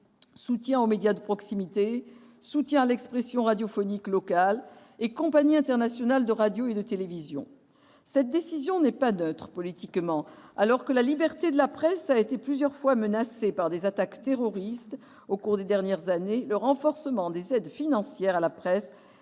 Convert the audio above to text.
Soutien aux médias de proximité, Soutien à l'expression radiophonique locale et Compagnie internationale de radio et de télévision. Cette décision n'est pas neutre politiquement. Alors que la liberté de la presse a été plusieurs fois menacée par des attaques terroristes au cours des dernières années, le renforcement des aides financières à la presse